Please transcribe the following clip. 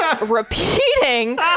repeating